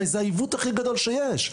הרי זה העיוות הכי גדול שיש.